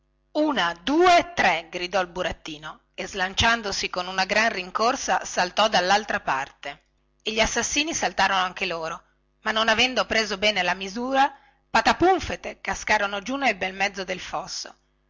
una due tre gridò il burattino e slanciandosi con una gran rincorsa saltò dallaltra parte e gli assassini saltarono anche loro ma non avendo preso bene la misura patatunfete cascarono giù nel bel mezzo del fosso